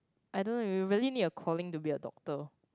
I don't know you really need a calling to be a doctor